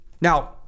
Now